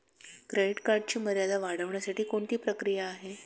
Credit कार्डची मर्यादा वाढवण्यासाठी कोणती प्रक्रिया आहे?